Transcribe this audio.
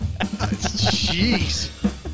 Jeez